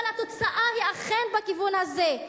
אבל התוצאה היא אכן בכיוון הזה.